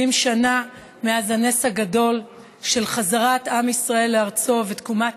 70 שנה מאז הנס הגדול של חזרת עם ישראל לארצו ותקומת